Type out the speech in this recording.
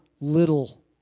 little